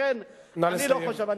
נא לסיים.